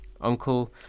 uncle